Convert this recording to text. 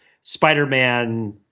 Spider-Man